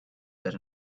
that